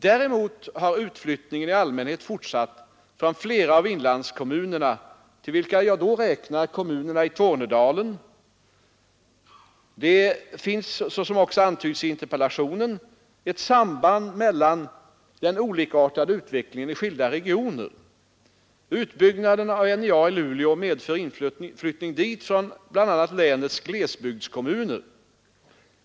Däremot har utflyttningen i allmänhet fortsatt från flera av inlandskommunerna, till vilka jag då räknar kommunerna i Tornedalen. Det finns — såsom också antyds i interpellationen — ett samband mellan den olikartade utvecklingen i skilda regioner. Utbyggnaden av NJA i Luleå medför inflyttning dit från bl.a. länets glesbygdskommuner.